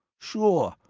sure,